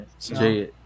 Jay